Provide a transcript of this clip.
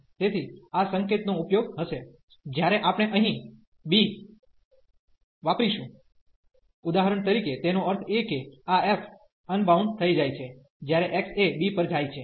તેથી આ સંકેત નો ઉપયોગ હશે જ્યારે આપણે અહીં b વાપરીશું ઉદાહરણ તરીકે તેનો અર્થ એ કે આ f અનબાઉન્ડ થઈ જાય છે જ્યારે x એ b પર જાય છે